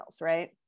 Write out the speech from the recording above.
right